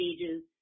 stages